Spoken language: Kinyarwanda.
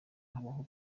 habaho